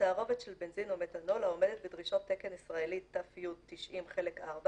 - תערובת של בנזין ומתנול העומדת בדרישות תקן ישראלי ת"י 90 חלק 4,